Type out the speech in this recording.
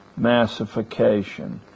massification